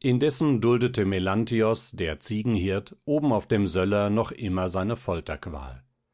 indessen duldete melanthios der ziegenhirt oben auf dem söller noch immer seine